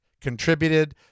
contributed